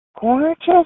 gorgeous